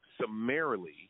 summarily